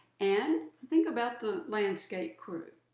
and think about the landscape crew,